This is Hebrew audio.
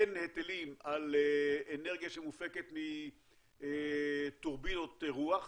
אין היטלים על אנרגיה שמופקת מטורבינות רוח,